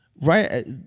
right